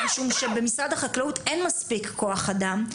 מפני שבמשרד החקלאות אין מספיק כוח אדם.